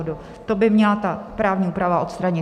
To by měla ta právní úprava odstranit.